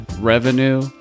revenue